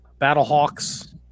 Battlehawks